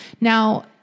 Now